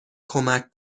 کمک